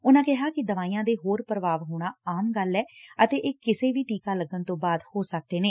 ਉਨੂੂੂ ਕਿਹਾ ਕਿ ਦਵਾਈਆਂ ਦੇ ਹੋਰ ਪ੍ਰਭਾਵ ਹੋਣਾ ਆਮ ਰੱਲ ਐ ਅਤੇ ਇਹ ਕਿਸੇ ਵੀ ਟੀਕਾ ਲੱਗਣ ਤੋਂ ਬਾਅਦ ਹੋ ਸਕਦੈ ਨੇ